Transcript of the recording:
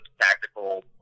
tactical